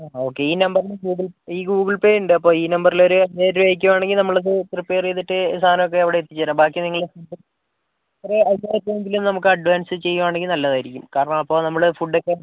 ആ ഓക്കെ ഈ നമ്പറിൽ ഗൂഗിൾ ഈ ഗൂഗിൾ പേ ഉണ്ട് അപ്പോൾ ഈ നമ്പറിൽ ഒരു അയ്യായിരം രൂപ അയക്കുകയാണെങ്കിൽ നമ്മളത് പ്രിപ്പേർ ചെയ്തിട്ട് സാധനമൊക്കെ അവിടെ എത്തിച്ചുതരാം ബാക്കി നിങ്ങൾ ഒരു അയ്യായിരം രൂപയെങ്കിലും നമുക്ക് അഡ്വാൻസ് ചെയ്യുകയാണെങ്കിൽ നല്ലതായിരിക്കും കാരണം അപ്പോൾ നമ്മൾ ഫുഡൊക്കെ